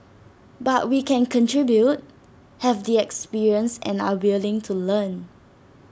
but we can contribute have the experience and are willing to learn